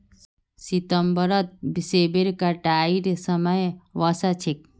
सितंबरत सेबेर कटाईर समय वसा छेक